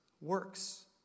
works